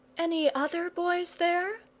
any other boys there?